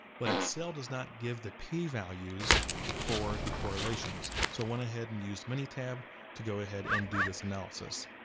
but excel does not give the p-values for the correlations. so went ahead and used minitab to go ahead and do this analysis.